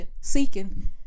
seeking